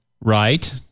Right